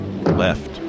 Left